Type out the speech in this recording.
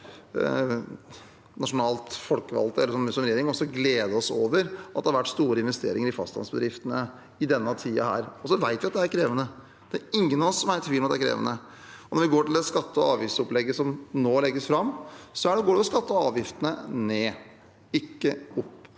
nasjonalt folkevalgte eller som regjering også glede oss over at det har vært store investeringer i fastlandsbedriftene i denne tiden. Så vet vi at det er krevende. Det er ingen av oss som er i tvil om at det er krevende. Når vi ser på skatte- og avgiftsopplegget som nå legges fram, går skattene og avgiftene ned, ikke opp.